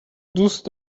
دوست